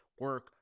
Work